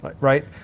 right